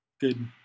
good